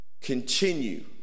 continue